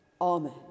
Amen